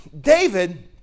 David